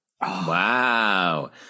Wow